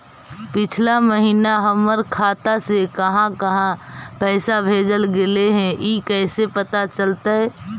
पिछला महिना हमर खाता से काहां काहां पैसा भेजल गेले हे इ कैसे पता चलतै?